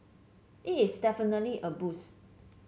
it is definitely a boost